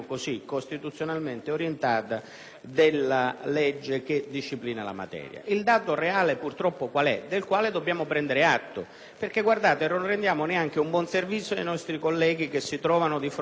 della legge che disciplina la materia. Vi è però un dato reale del quale dobbiamo purtroppo prendere atto, perché non rendiamo neanche un buon servizio ai nostri colleghi che si trovano di fronte o esposti ad un'iniziativa giudiziaria.